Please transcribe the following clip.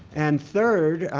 and third,